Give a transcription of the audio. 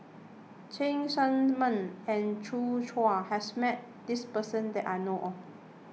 Cheng Tsang Man and Joi Chua has met this person that I know of